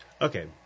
Okay